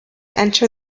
enter